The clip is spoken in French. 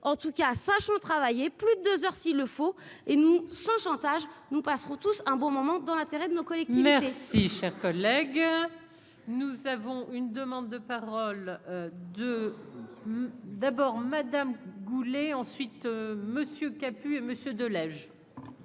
en tout cas, sachant travailler plus de 2 heures, s'il le faut et nous sans chantage, nous passerons tous un bon moment dans l'intérêt de nos collègues, collectivités. Si cher collègue, nous avons une demande de parole de d'abord Madame Goulet ensuite monsieur kaput et monsieur de